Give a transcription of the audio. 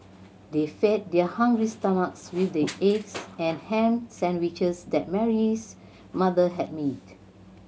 they fed their hungry stomachs with the eggs and ham sandwiches that Mary's mother had made